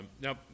Now